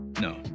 No